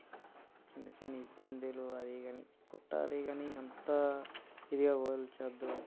చిన్న చిన్న ఇబ్బందులు అదీ కానీ కొట్టాలి కానీ అంత ఇదిగా కాల్చవద్దు